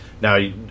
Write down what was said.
Now